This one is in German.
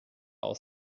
aus